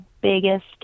biggest